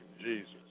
Jesus